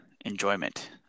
enjoyment